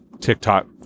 tiktok